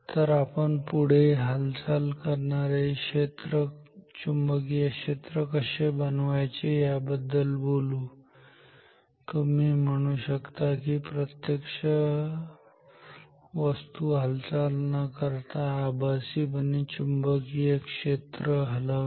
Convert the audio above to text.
तर पुढे आपण हालचाल करणारे चुंबकीय क्षेत्र कसे बनवायचे याबद्दल बोलू तुम्ही म्हणू शकता प्रत्यक्ष वस्तू हालचाल न करता आभासीपणे चुंबकीय क्षेत्र हलवणे